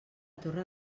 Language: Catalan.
torre